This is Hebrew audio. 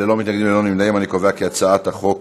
ההצעה להעביר את הצעת חוק